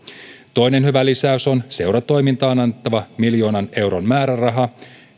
toinen hyvä lisäys on seuratoimintaan annettava miljoonan euron määräraha